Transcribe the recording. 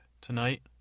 tonight